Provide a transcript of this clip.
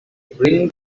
bring